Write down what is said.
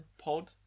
pod